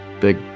big